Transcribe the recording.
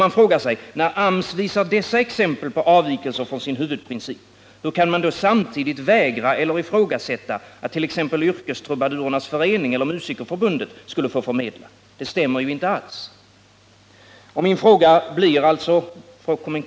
Man frågar sig: När AMS visar dessa exempel på avvikelser från sin huvudprincip — hur kan man då samtidigt vägra eller ifrågasätta att t.ex. Yrkestrubadurernas förening eller Musikerförbundet skulle få förmedla engagemang? Det stämmer inte alls.